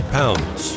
pounds